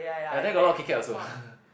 ya there got a lot of KitKat also